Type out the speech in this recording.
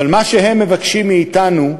אבל מה שהם מבקשים מאתנו: